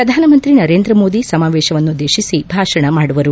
ಪ್ರಧಾನಮಂತ್ರಿ ನರೇಂದ್ರ ಮೋದಿ ಸಮಾವೇಶವನ್ನುದ್ದೇತಿಸಿ ಭಾಷಣ ಮಾಡುವರು